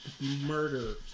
murder